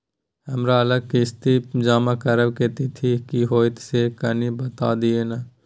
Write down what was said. हमर अगला किस्ती जमा करबा के तिथि की होतै से कनी बता दिय न?